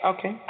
Okay